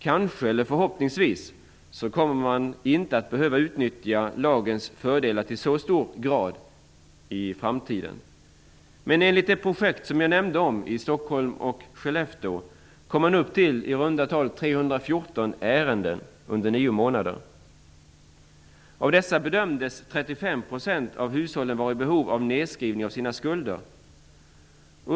Kanske, eller förhoppningsvis, kommer man inte att behöva utnyttja lagens fördelar till så stor grad i framtiden. Men i det projekt jag nämnde i Stockholm och Skellefteå var antalet ärenden 314 under nio månader. Av dessa bedömdes 35 % av hushållen vara i behov av nedskrivning av sina skulder.